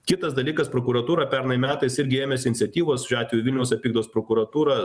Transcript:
kitas dalykas prokuratūra pernai metais irgi ėmėsi iniciatyvos šiuo atveju vilniaus apygardos prokuratūra